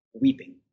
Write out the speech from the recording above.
weeping